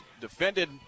defended